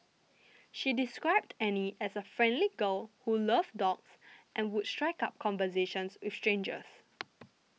she described Annie as a friendly girl who loved dogs and would strike up conversations with strangers